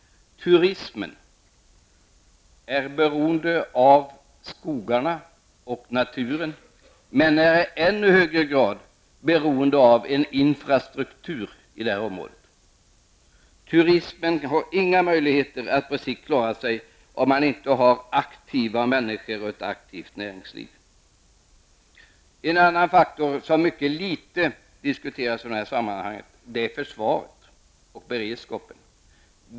Turismen är beroende av skogarna och naturen men är i ännu högre grad beroende av infrastrukturen i detta område. Turismen har inga möjligheter att på sikt klara sig utan aktiva människor och ett aktivt näringsliv. En annan faktor som mycket litet diskuteras i dessa sammanhang är försvaret och beredskapen.